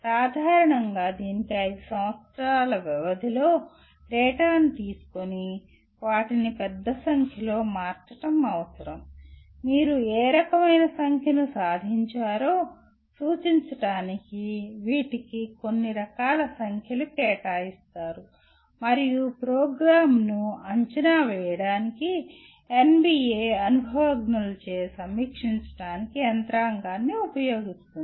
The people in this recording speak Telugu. సాధారణంగా దీనికి 5 సంవత్సరాల వ్యవధిలో డేటాను తీసుకొని వాటిని పెద్ద సంఖ్యలో మార్చడం అవసరం మీరు ఏ రకమైన సంఖ్యను సాధించారో సూచించడానికి వీటికి కొన్ని రకాల సంఖ్యలు కేటాయిస్తారు మరియు ప్రోగ్రామ్ను అంచనా వేయడానికి ఎన్బిఎ అనుభవజ్ఞులచే సమీక్షించడానికి యంత్రాంగాన్ని ఉపయోగిస్తుంది